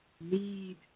need